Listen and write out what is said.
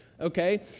Okay